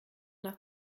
nach